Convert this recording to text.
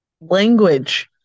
Language